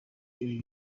ibi